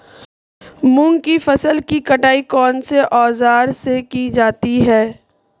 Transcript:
मूंग की फसल की कटाई कौनसे औज़ार से की जाती है?